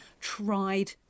tried